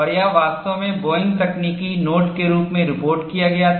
और यह वास्तव में बोइंग तकनीकी नोट के रूप में रिपोर्ट किया गया था